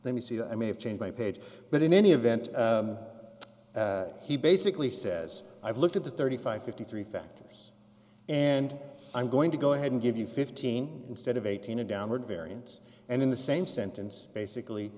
let me see that i may have changed my page but in any event he basically says i've looked at the thirty five fifty three factors and i'm going to go ahead and give you fifteen instead of eighteen a downward variance and in the same sentence basically